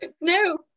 No